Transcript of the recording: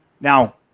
Now